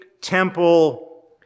temple